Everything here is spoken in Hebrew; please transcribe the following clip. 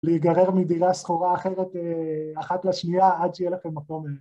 להיגרר מדירה שכורה אחרת א...אחת לשנייה עד שיהיה לכם מקום.